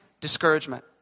Discouragement